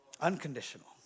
Unconditional